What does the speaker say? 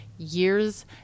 years